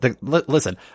Listen